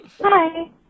Hi